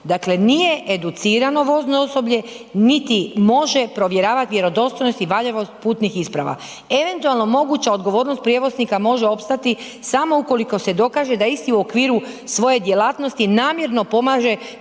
Dakle nije educirano vozno osoblje niti može provjeravati vjerodostojnost i valjanost putnih isprava. Eventualno moguća odgovornost prijevoznika može opstati samo ukoliko se dokaže da isti u okviru svoje djelatnosti namjerno pomaže